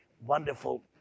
wonderful